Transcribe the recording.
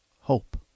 Hope